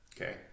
okay